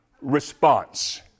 response